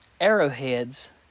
arrowheads